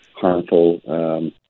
harmful